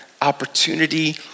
opportunity